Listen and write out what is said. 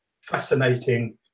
fascinating